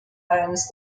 owns